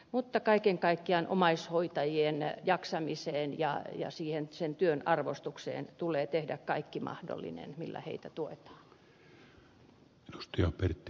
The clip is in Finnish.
mutta kaiken kaikkiaan omaishoitajien jaksamiseen ja sen työn arvostukseen tulee tehdä kaikki mahdollinen millä heitä tuetaan